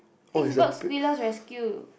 this is what squirrel rescue